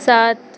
सात